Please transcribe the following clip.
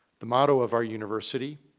the motto of our university,